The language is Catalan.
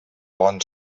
bon